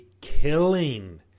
killing